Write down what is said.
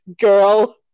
girl